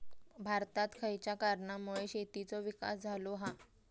भारतात खयच्या कारणांमुळे शेतीचो विकास झालो हा?